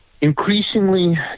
Increasingly